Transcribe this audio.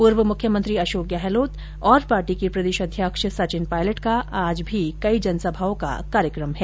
पूर्व मुख्यमंत्री अशोक गहलोत और पार्टी के प्रदेशाध्यक्ष सचिन पायलट का आज भी कई जनसभाओं का कार्यक्रम है